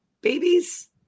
babies